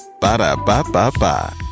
Ba-da-ba-ba-ba